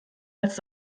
als